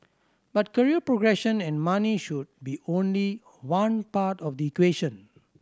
but career progression and money should be only one part of the equation